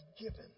given